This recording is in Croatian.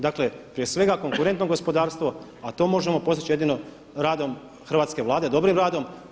Dakle, prije svega, konkurentno gospodarstvo, a to možemo postići jedino radom hrvatske Vlade, dobrim radom.